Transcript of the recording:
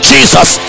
Jesus